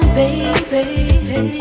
baby